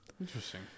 Interesting